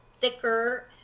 thicker